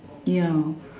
ya